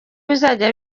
bizajya